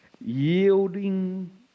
Yielding